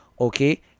okay